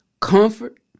comfort